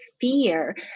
fear